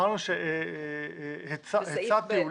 הצעתי,